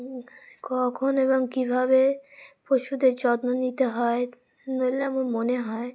কখন এবং কীভাবে পশুদের যত্ন নিতে হয় নিলে আমার মনে হয়